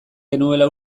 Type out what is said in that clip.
genuela